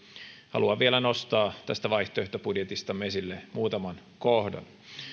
haluan vielä nostaa tästä vaihtoehtobudjetistamme esille muutaman kohdan